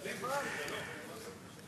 נכון.